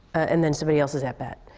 and then somebody else is at bat.